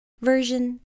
Version